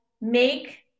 make